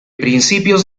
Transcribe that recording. principios